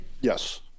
Yes